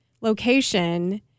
location